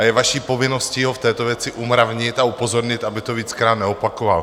Je vaší povinností ho v této věci umravnit a upozornit, aby to víckrát neopakoval.